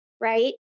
right